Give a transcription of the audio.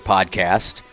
Podcast